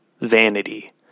vanity